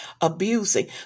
abusing